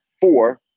four